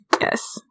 Yes